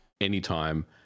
anytime